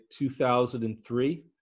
2003